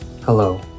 Hello